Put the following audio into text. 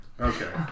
Okay